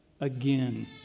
again